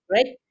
Right